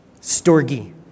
Storgi